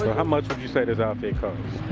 how much would you say this outfit cost?